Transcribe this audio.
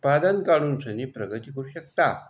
उत्पादन काढूनसनी प्रगती करू शकता